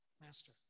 Master